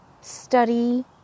study